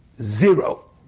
zero